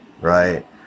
right